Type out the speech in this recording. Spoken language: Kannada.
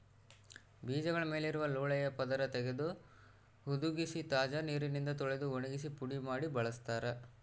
ಬೀಜಗಳ ಮೇಲಿರುವ ಲೋಳೆಯ ಪದರ ತೆಗೆದು ಹುದುಗಿಸಿ ತಾಜಾ ನೀರಿನಿಂದ ತೊಳೆದು ಒಣಗಿಸಿ ಪುಡಿ ಮಾಡಿ ಬಳಸ್ತಾರ